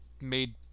made